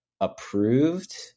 approved